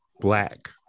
black